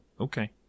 okay